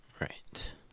Right